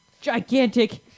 Gigantic